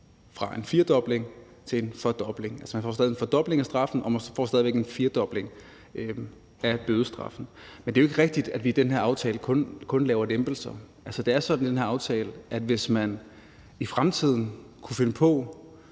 fra en firedobling til en fordobling. Altså, man får stadig en fordobling af straffen, og man får stadig en firedobling af bødestraffen. Men det er jo ikke rigtigt, at vi i den her aftale kun laver lempelser. Altså, det er sådan i den her aftale, at hvis man kunne finde på